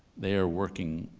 they are working,